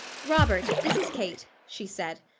robert, this is kate, she said.